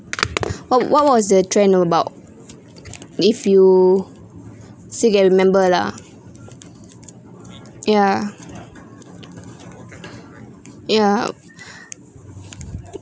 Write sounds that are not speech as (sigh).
(noise) what what was the trend about if you still can remember lah ya ya